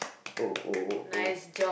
oh oh oh oh